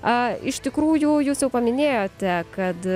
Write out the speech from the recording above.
iš tikrųjų jūs jau paminėjote kad